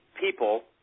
people